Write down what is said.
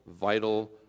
vital